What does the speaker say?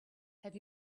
have